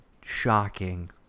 shocking